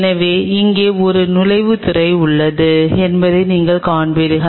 எனவே இங்கே ஒரு நுழைவு துறை உள்ளது என்பதை நீங்கள் காண்பீர்கள்